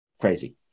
crazy